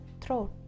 throat